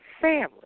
family